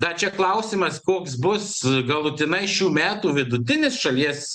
da čia klausimas koks bus galutinai šių metų vidutinis šalies